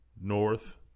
north